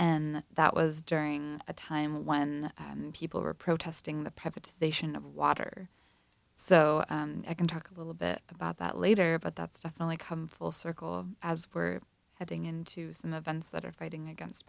and that was during a time when people were protesting the privatization of water so i can talk a little bit about that later but that's definitely come full circle as we're heading into the vans that are fighting against